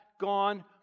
gone